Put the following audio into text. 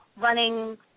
running